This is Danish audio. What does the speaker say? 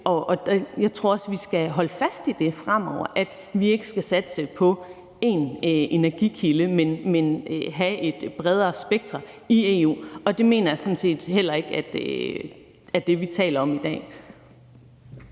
og jeg tror også, at vi skal holde fast i fremover, at vi ikke skal satse på én energikilde, men have et bredere spekter i EU. Og det mener jeg sådan set heller ikke er det, vi taler om i dag.